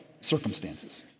circumstances